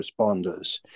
responders